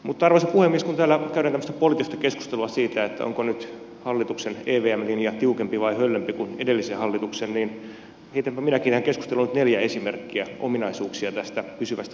mutta arvoisa puhemies kun täällä käydään tämmöistä poliittista keskustelua siitä onko nyt hallituksen evm linja tiukempi vai höllempi kuin edellisen hallituksen niin heitänpä minäkin tähän keskusteluun nyt neljä esimerkkiä ominaisuuksia tästä pysyvästä vakausmekanismista evm